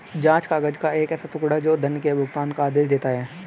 जाँच काग़ज़ का एक ऐसा टुकड़ा, जो धन के भुगतान का आदेश देता है